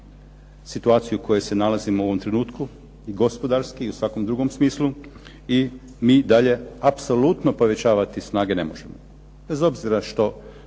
situaciju u kojoj se nalazimo u ovom trenutku i gospodarski i u svakom drugom smislu. I mi i dalje apsolutno povećavati snage ne možemo, bez obzira što